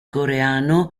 coreano